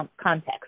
context